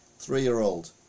Three-year-old